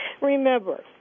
Remember